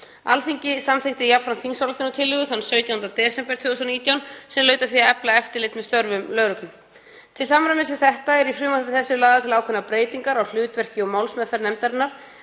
Alþingi samþykkti jafnframt þingsályktunartillögu þann 17. desember 2019 sem laut að því að efla eftirlit með störfum lögreglu. Til samræmis við þetta eru í frumvarpi þessu lagðar til ákveðnar breytingar á hlutverki og málsmeðferð nefndarinnar,